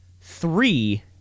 three